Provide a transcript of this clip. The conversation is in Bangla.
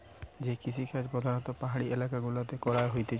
যে কৃষিকাজ প্রধাণত পাহাড়ি এলাকা গুলাতে করা হতিছে